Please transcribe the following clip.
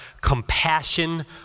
compassion